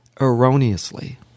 erroneously